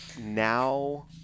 now